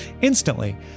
instantly